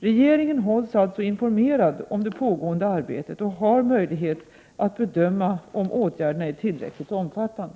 Regeringen hålls alltså informerad om det pågående arbetet och har möjlighet att bedöma om åtgärderna är tillräckligt omfattande.